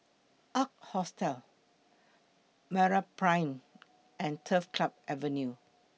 Ark Hostel Meraprime and Turf Club Avenue